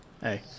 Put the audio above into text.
Hey